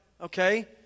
okay